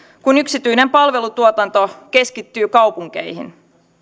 kun yksityinen palvelutuotanto keskittyy kaupunkeihin